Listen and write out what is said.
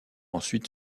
ensuite